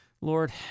lord